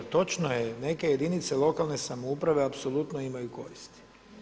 Točno je neke jedinice lokalne samouprave apsolutno imaju koristi.